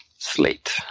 Slate